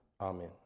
Amen